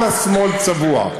כל השמאל צבוע.